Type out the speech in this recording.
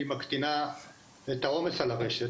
היא מקטינה את העומס על הרשת,